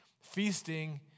feasting